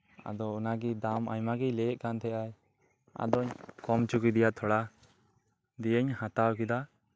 ᱟᱫᱚ ᱚᱱᱟᱜᱮ ᱫᱟᱢ ᱟᱭᱢᱟᱜᱮᱭ ᱞᱟᱹᱭᱮᱫ ᱠᱟᱱᱛᱟᱦᱮᱱᱟ ᱟᱫᱚᱧ ᱠᱚᱢ ᱚᱪᱚ ᱠᱤᱫᱤᱭᱟ ᱛᱷᱚᱲᱟ ᱫᱤᱭᱮᱧ ᱦᱟᱛᱟᱣᱠᱮᱫᱟ